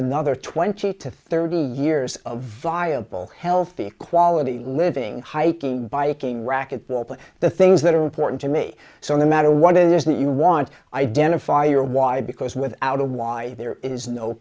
another twenty to thirty years of viable healthy quality living hiking biking racquetball put the things that are important to me so the matter what it is that you want identify your why because without a why there is no